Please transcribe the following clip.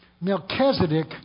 Melchizedek